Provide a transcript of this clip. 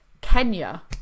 kenya